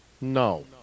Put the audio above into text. No